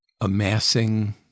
amassing